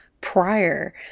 prior